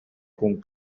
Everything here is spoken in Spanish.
con